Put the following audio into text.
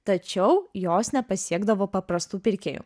tačiau jos nepasiekdavo paprastų pirkėjų